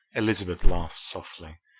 elizabeth laughed softly.